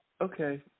Okay